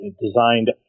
designed